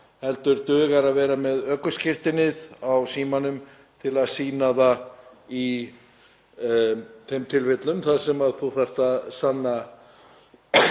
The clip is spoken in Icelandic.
heldur dugar að vera með ökuskírteinið á símanum til að sýna það í þeim tilfellum þar sem þú þarft að sanna